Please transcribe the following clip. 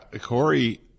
Corey